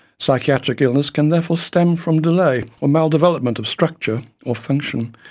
psychiatric illness can therefore stem from delayed or maldevelopment of structure or function,